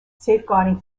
safeguarding